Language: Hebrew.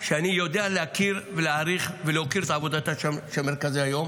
שאני יודע להכיר ולהעריך ולהוקיר את עבודתם של מרכזי היום